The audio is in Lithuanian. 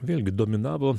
vėlgi dominavo